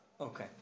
Okay